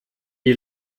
die